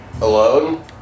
Alone